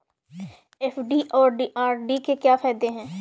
FD और RD के क्या फायदे हैं?